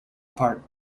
apart